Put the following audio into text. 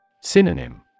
Synonym